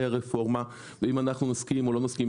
הרפורמה ואם אנחנו מסכימים או לא מסכימים,